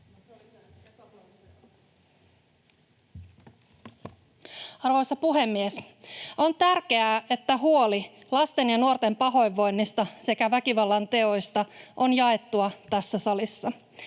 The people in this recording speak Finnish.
Arvoisa puhemies! On tärkeää, että huoli lasten ja nuorten pahoinvoinnista sekä väkivallanteoista on jaettua tässä salissa.